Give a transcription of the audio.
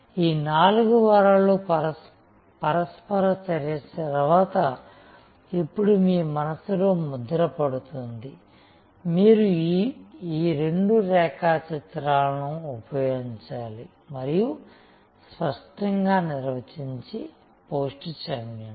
ఈ నాలుగు వారాల పరస్పర చర్య తర్వాత ఇప్పుడు మీ మనస్సులో ముద్ర పడుతుంది మీరు ఈ రెండు రేఖాచిత్రాలను ఉపయోగించాలి మరియు స్పష్టంగా నిర్వచించి పోస్ట్ చేయండి